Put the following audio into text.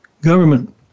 government